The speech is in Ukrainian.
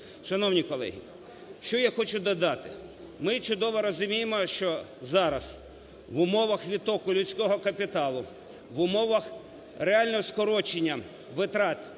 Шановні колеги, що я хочу додати. Ми чудово розуміємо, що зараз, в умовах відтоку людського капіталу, в умовах реального скорочення витрат